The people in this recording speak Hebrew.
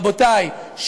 רבותיי,